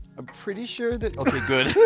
ah pretty sure that, okay, good.